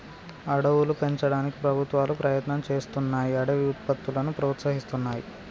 అడవులను పెంచడానికి ప్రభుత్వాలు ప్రయత్నం చేస్తున్నాయ్ అడవి ఉత్పత్తులను ప్రోత్సహిస్తున్నాయి